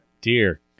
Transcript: Dear